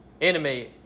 enemy